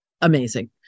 amazing